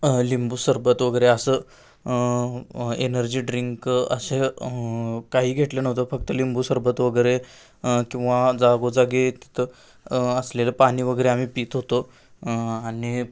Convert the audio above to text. लिंबू सरबत वगैरे असं एनर्जी ड्रिंक असे काही घेतलं नव्हतं फक्त लिंबू सरबत वगैरे किंवा जागोजागी तिथं असलेलं पाणी वगैरे आम्ही पित होतो आणि